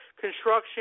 construction